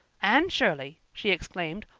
anne shirley! she exclaimed,